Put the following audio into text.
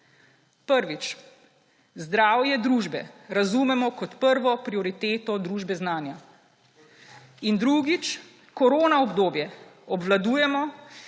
Prvič. zdravje družbe razumemo kot prvo prioriteto družbe znanja. In drugič. Koronaobdobje obvladujemo